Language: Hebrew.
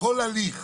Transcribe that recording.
כל הליך